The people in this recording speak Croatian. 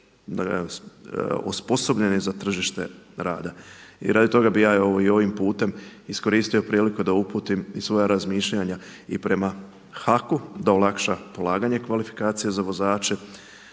osposobljeni za tržište rada. I radi toga bi ja evo i ovim putem iskoristio priliku da uputim i svoja razmišljanja i prema HAK-u da olakša polaganje kvalifikacije za vozače.